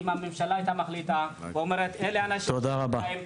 אם הממשלה הייתה מחליטה ואומרת אלה האנשים שבאים,